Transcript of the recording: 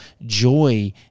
joy